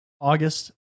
August